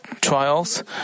trials